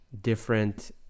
different